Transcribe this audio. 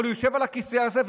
אבל הוא יושב על הכיסא הזה,